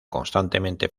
constantemente